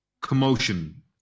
commotion